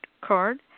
card